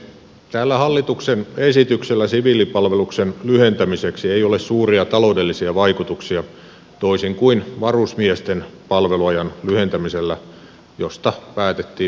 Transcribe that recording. tällä hallituksen esityksellä siviilipalveluksen lyhentämiseksi ei ole suuria taloudellisia vaikutuksia toisin kuin varusmiesten palveluajan lyhentämisellä josta päätettiin viime kesäkuussa